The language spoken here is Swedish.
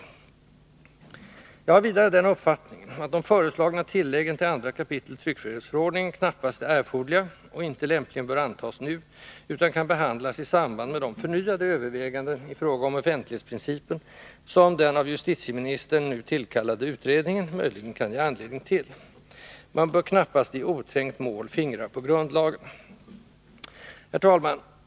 Jag har vidare den uppfattningen att de föreslagna tilläggen till 2 kap. tryckfrihetsförordningen knappast är erforderliga och inte lämpligen bör antas nu, utan kan behandlas i samband med de förnyade överväganden i fråga om offentlighetsprincipen som den av justitieministern nu tillkallade utredningen möjligen kan ge anledning till. Man bör knappast i oträngt mål fingra på grundlagarna. Herr talman!